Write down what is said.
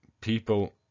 people